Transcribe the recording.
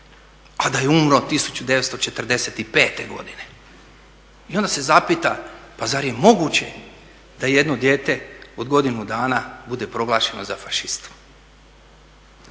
a da je umro 1945. godine i onda se zapita pa zar je moguće da jedno dijete od godinu dana bude proglašeno za fašistu?